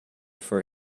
for